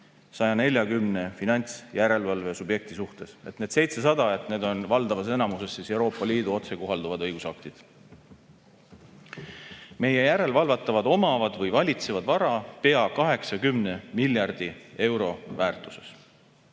140 finantsjärelevalve subjekti suhtes. Need 700 [õigusakti] on valdavas enamuses Euroopa Liidu otsekohalduvad õigusaktid. Meie järelevalvatavad omavad või valitsevad vara pea 80 miljardi euro väärtuses.